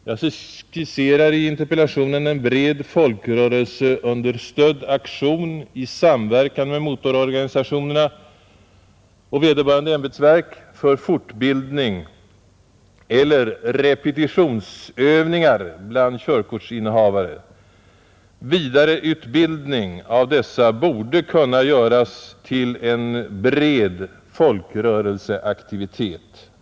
Jag skisserar i interpellationen en bred folkrörelseunderstödd aktion i samverkan med motororganisationerna och vederbörande ämbetsverk för fortbildning eller repetitionsövningar bland körkortsinnehavare. Vidareutbildning av dessa borde kunna göras till en bred folkrörelseaktivitet.